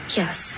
yes